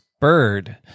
bird